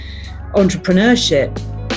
entrepreneurship